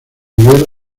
miguel